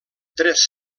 tres